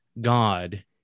God